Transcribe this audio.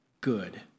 good